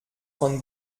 von